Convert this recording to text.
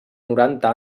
noranta